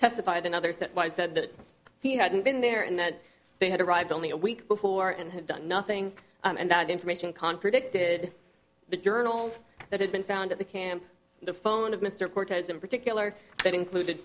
testified and others that was said that he hadn't been there and that they had arrived only a week before and had done nothing and that information contradicted the journals that had been found at the camp the phone of mr cortez in particular that included